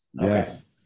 Yes